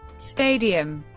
stadium